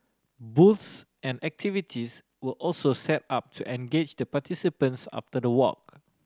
booths and activities were also set up to engage the participants after the walk